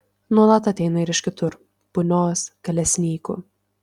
nuolat ateina ir iš kitur punios kalesnykų